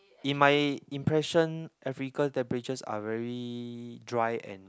in my impression Africa temperatures are very dry and